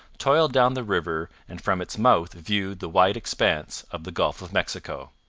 toiled down the river and from its mouth viewed the wide expanse of the gulf of mexico.